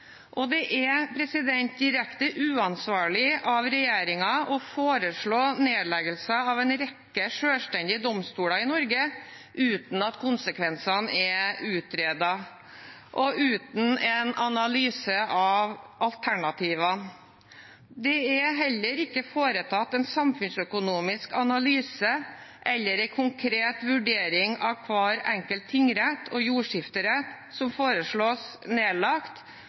Det er direkte uansvarlig av regjeringen å foreslå nedleggelse av en rekke selvstendige domstoler i Norge uten at konsekvensene er utredet, og uten en analyse av alternativer. Det er heller ikke foretatt en samfunnsøkonomisk analyse eller en konkret vurdering av hver enkelt tingrett og jordskifterett som foreslås nedlagt